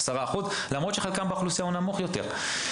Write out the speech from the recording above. למרות שחלקם באוכלוסייה הוא נמוך יותר.